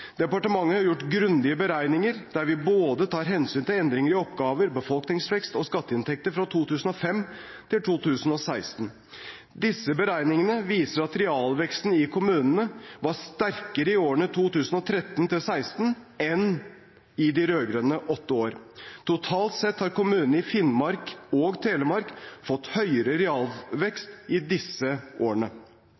Departementet har gjort grundige beregninger, der vi tar hensyn til både endringer i oppgaver, befolkningsvekst og skatteinntekter fra 2005 til 2016. Disse beregningene viser at realveksten i kommunene var sterkere i årene 2013–2016 enn i de rød-grønne åtte år. Totalt sett har kommunene i Finnmark og Telemark fått høyere